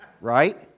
Right